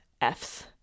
Fs